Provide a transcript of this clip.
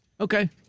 Okay